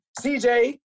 CJ